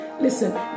Listen